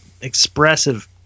expressive